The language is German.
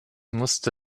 musste